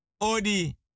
Odi